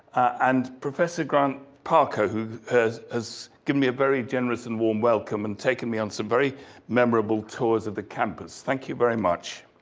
and professor grant parker, who has has given me a very generous and warm welcome and taken me on some very memorable tours of the campus, thank you very much.